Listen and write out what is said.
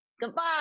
Goodbye